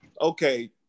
Okay